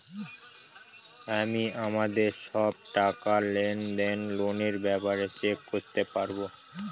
আমি আমাদের সব টাকা, লেনদেন, লোনের ব্যাপারে চেক করতে পাবো